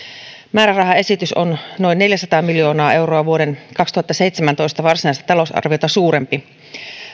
määrärahaesitys on noin neljäsataa miljoonaa euroa vuoden kaksituhattaseitsemäntoista varsinaista talousarviota suurempi